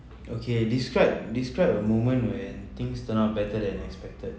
okay describe describe a moment when things turn out better than expected